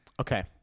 Okay